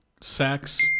sex